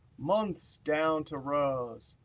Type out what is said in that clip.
months down to rows.